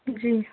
جی